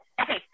Okay